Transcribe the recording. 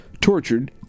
tortured